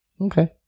Okay